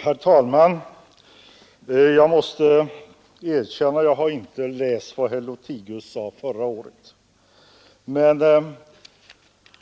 Herr talman! Jag måste erkänna att jag inte har läst vad herr Lothigius sade förra året. Men